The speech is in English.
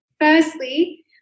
firstly